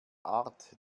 art